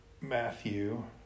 Matthew